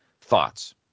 thoughts